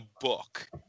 book